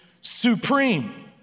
supreme